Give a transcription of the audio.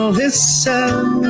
listen